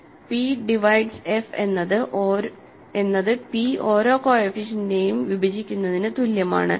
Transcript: p divides f എന്നത് P ഓരോ കോഎഫിഷ്യന്റിനെയും വിഭജിക്കുന്നതിന് തുല്യമാണ്